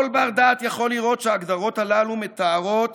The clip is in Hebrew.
כל בר דעת יכול לראות שההגדרות הללו מתארות